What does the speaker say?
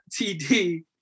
TD